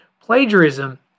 plagiarism